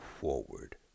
forward